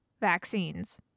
vaccines